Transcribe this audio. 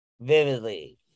vividly